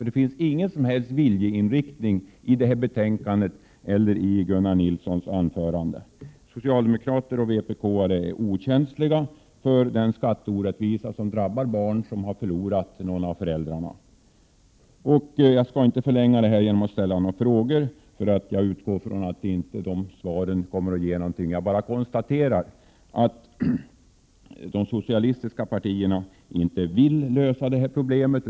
Det finns ju inte någon som helst viljeinriktning vare sig i detta betänkande eller i Gunnar Nilssons anförande. Socialdemokrater och vpk-are är okänsliga när det gäller den skatteorättvisa som drabbar barn som har förlorat någon av föräldrarna. Jag skall inte förlänga debatten ytterligare genom att ställa frågor, eftersom jag utgår från att eventuella svar inte kommer att ge någonting. Jag bara konstaterar att de socialistiska partierna inte vill lösa problemet.